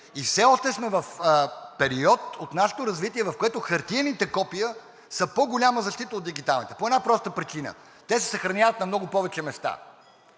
и все още сме в период от нашето развитие, в който хартиените копия са по-голяма защита от дигиталните по една проста причина – те се съхраняват на много повече места.